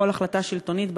בכל החלטה שלטונית,